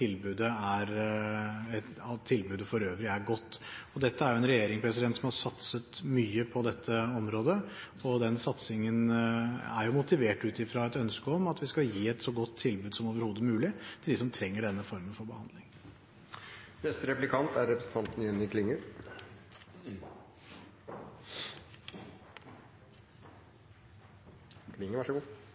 tilbudet for øvrig er godt. Dette er en regjering som har satset mye på dette området, og den satsingen er motivert ut fra et ønske om at vi skal gi et så godt tilbud som overhodet mulig til dem som trenger denne formen for behandling.